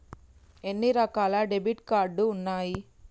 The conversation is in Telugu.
ఎన్ని రకాల డెబిట్ కార్డు ఉన్నాయి?